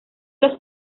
los